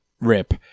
Rip